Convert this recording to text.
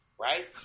right